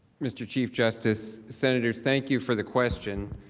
mr. chief justice center thank you for the question,